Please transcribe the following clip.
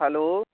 hello